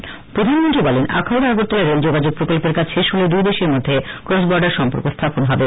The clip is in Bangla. ভারতের প্রধানমন্ত্রী বলেন আখাউডা আগরতলা রেল যোগাযোগ প্রকল্পের কাজ শেষ হলে দুই দেশের মধ্যে ক্রস বর্ডার সম্পর্ক স্থাপন হবে